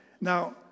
Now